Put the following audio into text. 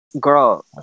girl